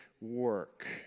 work